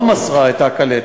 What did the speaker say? היא לא מסרה את הקלטת,